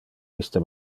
iste